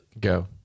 Go